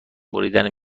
بریدن